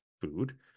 food